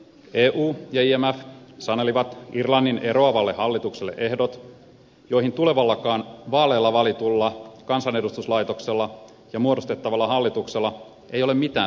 eu ja imf sanelivat irlannin eroavalle hallitukselle ehdot joihin tulevallakaan vaaleilla valitulla kansanedustuslaitoksella ja muodostettavalla hallituksella ei ole mitään sanomista